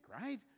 right